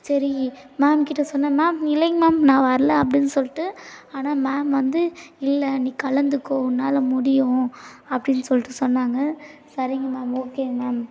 சரி மேம்கிட்ட சொன்னேன் மேம் இல்லைங்க மேம் நான் வரலை அப்படின்னு சொல்லிட்டு ஆனால் மேம் வந்து இல்லை நீ கலந்துக்கோ உன்னால் முடியும் அப்படின்னு சொல்லிட்டு சொன்னாங்க சரிங்க மேம் ஓகே மேம்